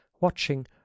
watching